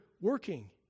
working